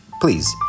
please